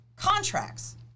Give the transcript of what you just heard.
contracts